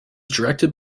directed